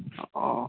ও